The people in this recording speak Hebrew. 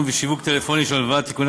ולכן,